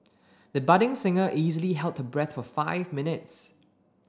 the budding singer easily held her breath for five minutes